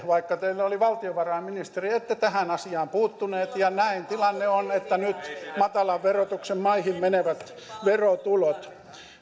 vaikka teillä oli valtiovarainministeri te ette tähän asiaan puuttuneet ja näin tilanne on että nyt matalan verotuksen maihin menevät verotulot